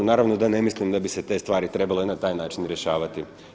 Naravno da ne mislim da bi se te stvari trebale na taj način rješavati.